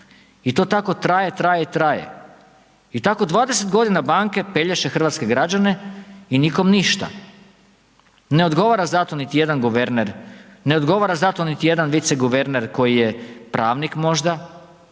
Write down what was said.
I to tako traje, traje i traje. I tako 20 godina banke pelješe hrvatske građane i nikom ništa. Ne odgovara zato niti jedan guverner, ne odgovara za to niti jedan viceguverner koji je pravnik možda.